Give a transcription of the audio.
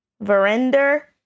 Verinder